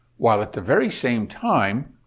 while at the very same time,